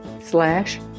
slash